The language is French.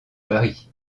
paris